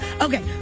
okay